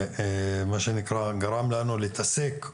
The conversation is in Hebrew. זה גרם לנו להתעסק,